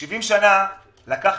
שבעים שנה לקח